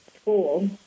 school